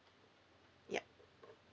yup